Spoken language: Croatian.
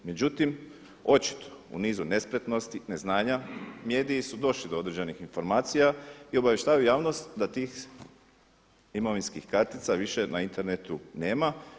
Međutim očito u nizu nespretnosti, neznanja, mediji su došli do određenih informacija i obavještavaju javnost da tih imovinskih kartica više na internetu nema.